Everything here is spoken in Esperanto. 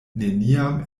neniam